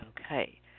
Okay